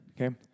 Okay